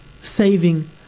saving